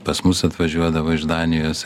pas mus atvažiuodavo iš danijos